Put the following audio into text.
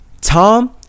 Tom